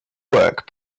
work